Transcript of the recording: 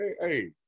Hey